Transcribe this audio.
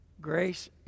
Grace